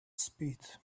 spit